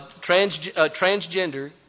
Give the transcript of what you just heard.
transgender